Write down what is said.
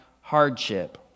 hardship